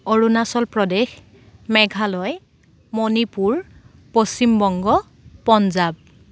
Arunachal Pradesh Meghalaya Manipur Paschimbanga Punjab